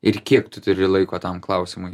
ir kiek tu turi laiko tam klausimui